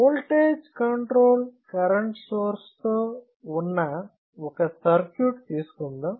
voltage control current source తో ఉన్న ఒక సర్క్యూట్ తీసుకుందాం